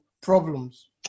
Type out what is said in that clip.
Problems